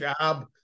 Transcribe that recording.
job